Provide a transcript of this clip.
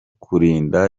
kurinda